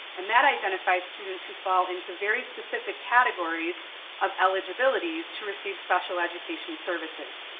and that identifies students who fall into very specific categories of eligibility is to receive special education services.